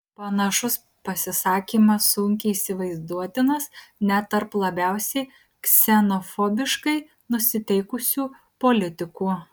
panašus pasisakymas sunkiai įsivaizduotinas net tarp labiausiai ksenofobiškai nusiteikusių politikų